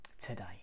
today